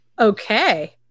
Okay